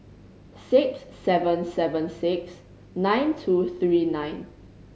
six seven seven six nine two three nine